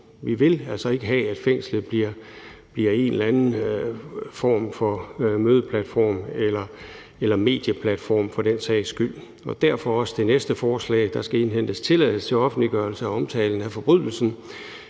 vi vil altså ikke have, at fængslet bliver en eller anden form for mødeplatform eller medieplatform for den sags skyld. Derfor er der også det næste forslag om, at der skal indhentes tilladelse til offentliggørelse af omtale af forbrydelsen,